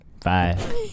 Five